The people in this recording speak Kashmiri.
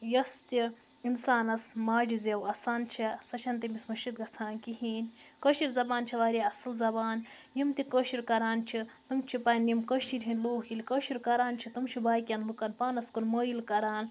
یۄس تہِ اِنسانَس ماجہِ زیٚو آسان چھِ سۄ چھَنہٕ تٔمِس مٔشِتھ گژھان کِہیٖنۍ کٲشِر زَبان چھِ واریاہ اصٕل زَبان یِم تہِ کٲشُر کَران چھِ تِم چھِ پننہِ یِیٚمہِ کٔشیٖرِ ہنٛدۍ لوٗکھ ییٚلہِ کٲشُر کَران چھِ تِم چھِ باقیَن لوٗکَن پانَس کُن مٲیِل کَران